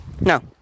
No